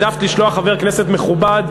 העדפת לשלוח חבר כנסת מכובד,